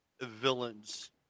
villains